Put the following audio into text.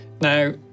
Now